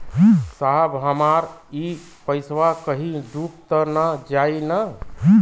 साहब हमार इ पइसवा कहि डूब त ना जाई न?